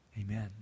Amen